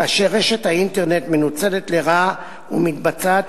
כאשר רשת האינטרנט מנוצלת לרעה ומתבצעת